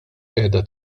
qiegħda